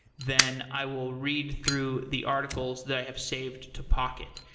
then i will read through the articles that i have saved to pocket.